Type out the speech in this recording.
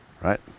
right